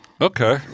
Okay